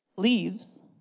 leaves